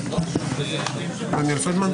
אבל אני מודה לשר המשפטים,